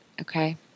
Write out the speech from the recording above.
okay